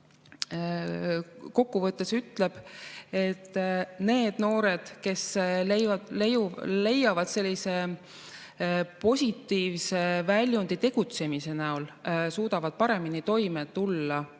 kokkuvõttes ütleb, et need noored, kes leiavad positiivse väljundi tegutsemise näol, suudavad selle murega paremini toime tulla.